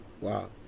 wow